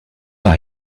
are